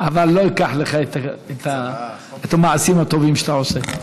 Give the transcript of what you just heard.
אבל לא אקח לך את המעשים הטובים שאתה עושה.